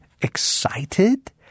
excited